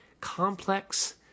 complex